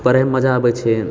पढ़एमे मजा आबै छै